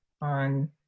on